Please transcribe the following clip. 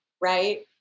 right